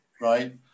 right